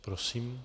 Prosím.